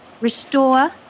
restore